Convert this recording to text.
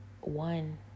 One